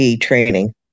training